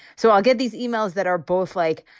so i'll get these emails that are both like,